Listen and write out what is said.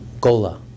gola